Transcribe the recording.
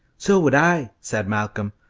so would i, said malcolm,